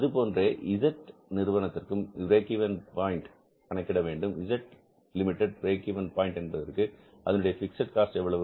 அதுபோன்றே Z நிறுவனத்திற்கும் break even point கணக்கிட வேண்டும் Z Z limited break even point என்பதற்கு அதனுடைய பிக்ஸட் காஸ்ட் எவ்வளவு